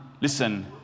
listen